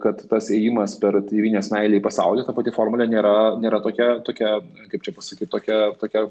kad tas ėjimas per tėvynės meilę į pasaulį ta pati formulė nėra nėra tokia tokia kaip čia pasakyt tokia tokia